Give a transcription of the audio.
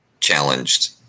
challenged